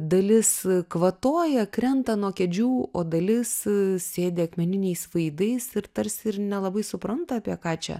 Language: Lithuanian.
dalis kvatoja krenta nuo kėdžių o dalis sėdi akmeniniais veidais ir tarsi ir nelabai supranta apie ką čia